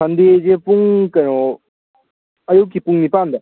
ꯁꯟꯗꯦꯁꯦ ꯄꯨꯡ ꯀꯩꯅꯣ ꯑꯌꯨꯛꯀꯤ ꯄꯨꯡ ꯅꯤꯄꯥꯟꯗ